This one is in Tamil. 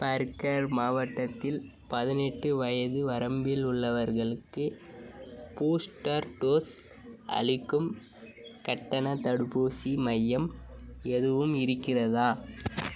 பர்கர் மாவட்டத்தில் பதினெட்டு வயது வரம்பில் உள்ளவர்களுக்கு பூஸ்டர் டோஸ் அளிக்கும் கட்டணத் தடுப்பூசி மையம் எதுவும் இருக்கிறதா